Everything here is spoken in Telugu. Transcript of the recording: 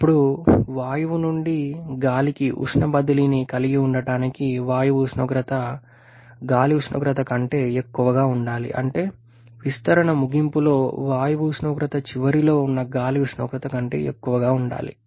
ఇప్పుడు వాయువు నుండి గాలికి ఉష్ణ బదిలీని కలిగి ఉండటానికి వాయువు ఉష్ణోగ్రత గాలి ఉష్ణోగ్రత కంటే ఎక్కువగా ఉండాలి అంటే విస్తరణ ముగింపులో వాయువు ఉష్ణోగ్రత చివరిలో ఉన్న గాలి ఉష్ణోగ్రత కంటే ఎక్కువగా ఉండాలి